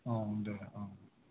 अ दे अ